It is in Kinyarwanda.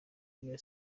iyo